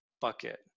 bucket